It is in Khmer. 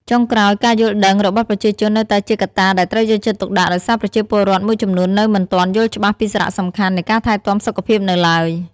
ចុងក្រោយ ការយល់ដឹងរបស់ប្រជាជន នៅតែជាកត្តាដែលត្រូវយកចិត្តទុកដាក់ ដោយសារប្រជាពលរដ្ឋមួយចំនួននៅមិនទាន់យល់ច្បាស់ពីសារៈសំខាន់នៃការថែទាំសុខភាពនៅឡើយ។